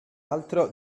altro